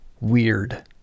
weird